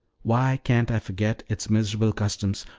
why can't i forget its miserable customs,